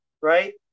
right